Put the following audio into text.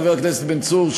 חבר הכנסת בן צור,